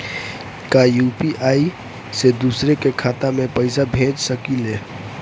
का यू.पी.आई से दूसरे के खाते में पैसा भेज सकी ले?